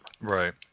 Right